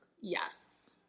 Yes